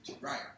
Right